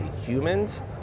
Humans